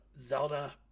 Zelda